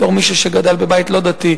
בתור מישהו שגדל בבית לא דתי,